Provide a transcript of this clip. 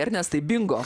ernestai bingo